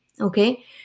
okay